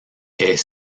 est